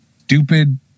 stupid